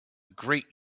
great